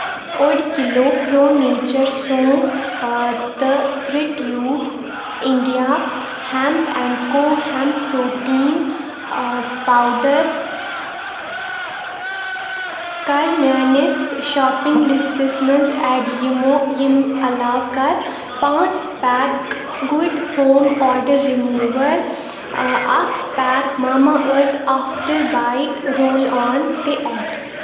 أڈۍ kilo pro nature صوپھ تہٕ ترٛےٚ tube India hemp and co hemp protein powder کَر میانِس شاپنگ لسٹَس منٛز ایڈ یِمو ییٚمہِ علاوٕ کَر پانٛژھ pack good home odour remover, اکھ pack Mamaearth after bite roll on تہِ ایڈ